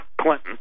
Clinton